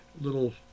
little